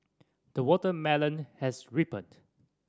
the watermelon has ripened